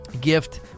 gift